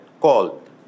called